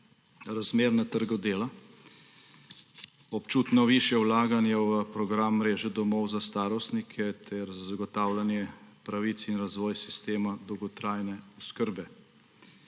razmer na trgu dela, občutno višje vlaganje v program mreže domov za starostnike ter za zagotavljanje pravic in razvoja sistema dolgotrajne oskrbe.